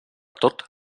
tot